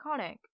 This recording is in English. iconic